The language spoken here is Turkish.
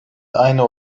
aynı